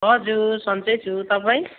हजुर सन्चै छु तपाईँ